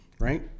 right